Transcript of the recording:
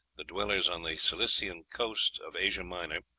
the dwellers on the cilician coast of asia minor,